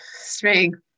strength